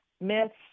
myths